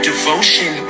devotion